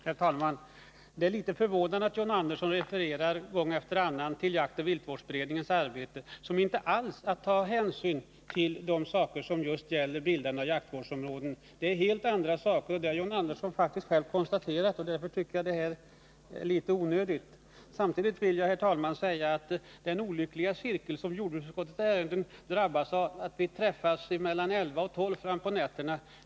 Herr talman! Det är litet förvånande att John Andersson gång efter annan refererar till jaktoch viltvårdsberedningens arbete, där man inte alls tar hänsyn till det som just gäller bildandet av jaktvårdsområden. Man arbetar med helt andra frågor — det har John Andersson faktiskt själv konstaterat. Samtidigt vill jag, herr talman, säga att det är olyckligt att jordbruksutskottets ärenden kommer upp mellan kl. 11 och 12 på nätterna.